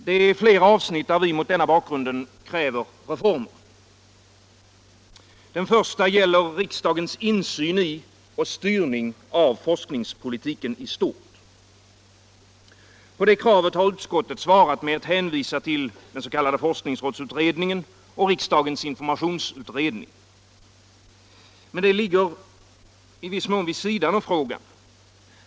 Det är flera avsnitt, där vi mot denna bakgrund kräver reformer. Det första gäller riksdagens insyn i och styrning av forskningspolitiken i stort. På det kravet har utskottet svarat med att hänvisa till den s.k. forskningsrådsutredningen och riksdagens informationsutredning. Men det ligger i viss mån vid sidan av frågan.